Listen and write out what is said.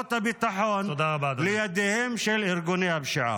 ומזרועות הביטחון לידיהם של ארגוני הפשיעה.